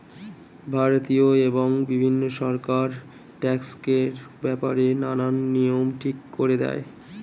ভারতীয় এবং বিভিন্ন সরকার ট্যাক্সের ব্যাপারে নানান নিয়ম ঠিক করে দেয়